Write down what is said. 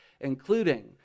including